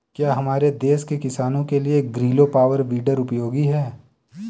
क्या हमारे देश के किसानों के लिए ग्रीलो पावर वीडर उपयोगी है?